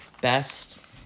best